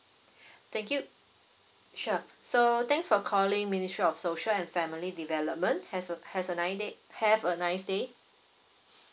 thank you sure so thanks for calling ministry of social and family development has a has a nine day have a nice day